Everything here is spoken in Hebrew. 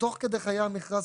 תוך כדי חיי המכרז.